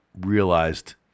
realized